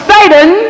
Satan